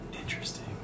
Interesting